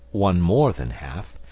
one more than half,